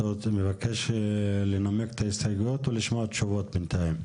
אתה מבקש לנמק את ההסתייגויות או לשמוע תשובות בינתיים?